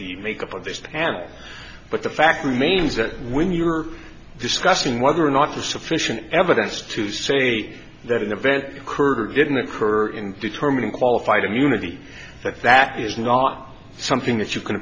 the make up of this animal but the fact remains that when you are discussing whether or not to sufficient evidence to say that an event occurred or didn't occur in determining qualified immunity that that is not something that you can